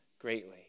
greatly